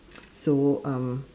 so um